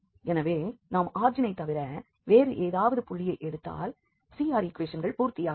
எனவே நாம் ஆரிஜினைத் தவிர வேறு ஏதாவது புள்ளியை எடுத்தால் CR ஈக்குவேஷன்கள் பூர்த்தி ஆகாது